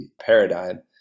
paradigm